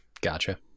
Gotcha